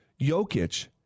Jokic